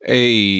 Hey